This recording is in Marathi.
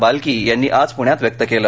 बाल्की यांनी आज पुण्यात व्यक्त केलं